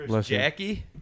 Jackie